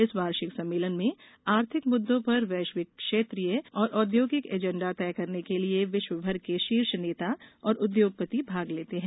इस वार्षिक सम्मेलन में आर्थिक मुद्दों पर वैश्विक क्षेत्रीय और औद्योगिक एजेंडा तय करने के लिये विश्व भर के शीर्ष नेता और उद्योगपति भाग लेते है